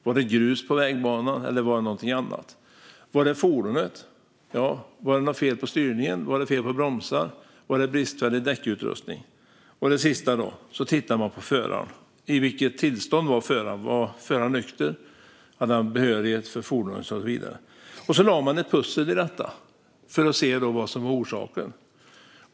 Var det grus på vägbanan, eller var det något annat? Var det fordonet? Var det fel på styrningen eller bromsarna? Var det bristfällig däckutrustning? Sist tittade man på föraren. I vilket tillstånd var föraren? Var föraren nykter? Hade han behörighet för fordonet och så vidare? Med detta lade man pussel för att se vad som var orsaken.